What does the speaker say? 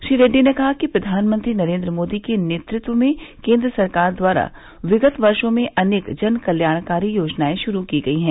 श्री रेढ़डी ने कहा कि प्रधानमंत्री नरेंद्र मोदी के नेतत्व में केंद्र सरकार द्वारा विगत वर्षो में अनेक जनकत्याणकारी योजनाएं शुरू की गई हैं